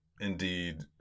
indeed